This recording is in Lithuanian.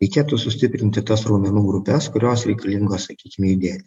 reikėtų sustiprinti tas raumenų grupes kurios reikalingos sakykim judėt